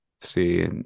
see